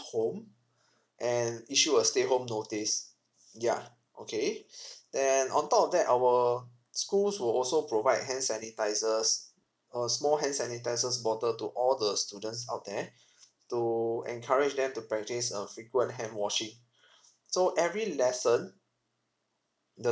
home and issued a stay home notice ya okay then on top of that our schools will also provide hand sanitisers a small hand sanitiser's bottle to all the students out there to encourage them to practice uh frequent hand washing so every lesson the